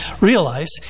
realize